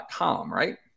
right